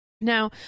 Now